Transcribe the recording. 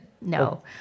No